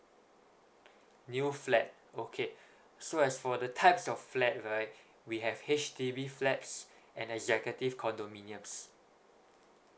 new flat okay so as for the types of flat right we have H_D_B flats and executive condominiums